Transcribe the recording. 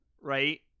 Right